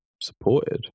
supported